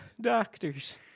doctors